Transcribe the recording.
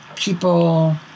People